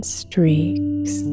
streaks